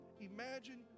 imagine